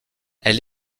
elle